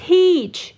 Teach